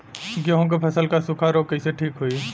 गेहूँक फसल क सूखा ऱोग कईसे ठीक होई?